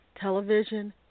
television